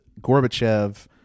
Gorbachev